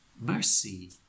Mercy